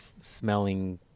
smelling